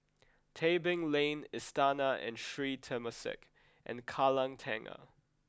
Tebing Lane Istana and Sri Temasek and Kallang Tengah